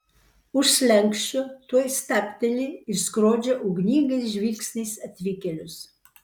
už slenksčio tuoj stabteli ir skrodžia ugningais žvilgsniais atvykėlius